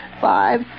five